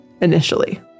initially